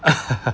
ah